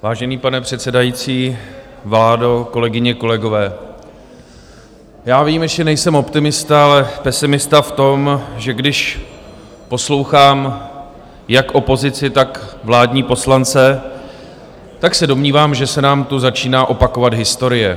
Vážený pane předsedající, vládo, kolegyně, kolegové, já výjimečně nejsem optimista, ale pesimista v tom, že když poslouchám jak opozici, tak vládní poslance, tak se domnívám, že se nám tu začíná opakovat historie.